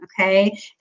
okay